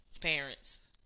parents